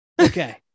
Okay